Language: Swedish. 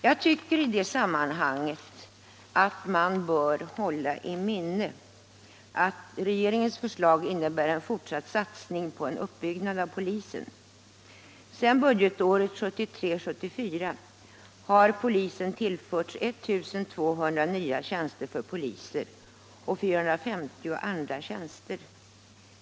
Jag tycker att man i det sammanhanget bör hålla i minnet att regeringens förslag innebär en fortsatt satsning på en uppbyggnad av polisen. Sedan budgetåret 1973/74 har polisen tillförts 1 200 nya tjänster för polismän och 450 andra tjänster.